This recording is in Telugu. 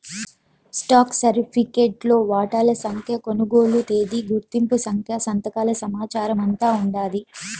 స్టాక్ సరిఫికెట్లో వాటాల సంఖ్య, కొనుగోలు తేదీ, గుర్తింపు సంఖ్య, సంతకాల సమాచారమంతా ఉండాది